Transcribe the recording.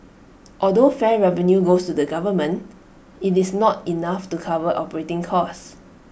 although fare revenue goes to the government IT is not enough to cover operating costs